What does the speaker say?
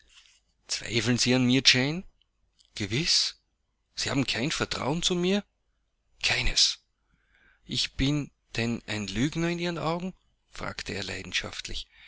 sie an mir jane gewiß sie haben kein vertrauen zu mir keines bin ich denn ein lügner in ihren augen fragte er leidenschaftlich